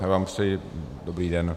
Já vám přeji dobrý den.